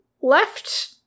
left